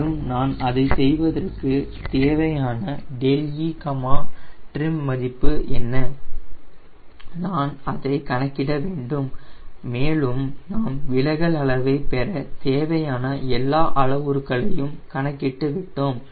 மேலும் இதை நான் செய்வதற்கு தேவையான e trim மதிப்பு என்ன நான் அதை கணக்கிட வேண்டும் மேலும் நாம் விலகல் அளவை பெற தேவையான எல்லா அளவுருக்களையும் கணக்கிட்டு விட்டோம்